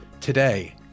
Today